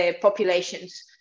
populations